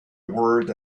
word